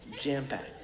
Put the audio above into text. jam-packed